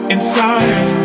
Inside